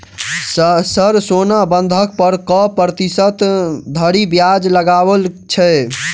Sir सोना बंधक पर कऽ प्रतिशत धरि ब्याज लगाओल छैय?